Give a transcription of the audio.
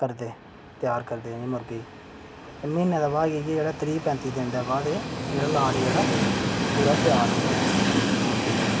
करदे त्यार करदे इ'नें मुर्गें गी ते म्हीनें दे बाद त्रीह् पैंत्ती दिनें दे बाद जेह्ड़ा एह् पूरा एह् त्यार होंदा ऐ मुर्गें दा